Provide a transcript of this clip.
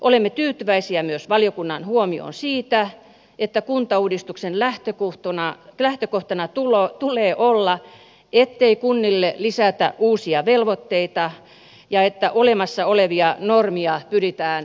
olemme tyytyväisiä myös valiokunnan huomioon siitä että kuntauudistuksen lähtökohtana tulee olla ettei kunnille lisätä uusia velvoitteita ja että olemassa olevia normeja pyritään joustavoittamaan